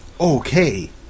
Okay